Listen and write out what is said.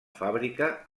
fàbrica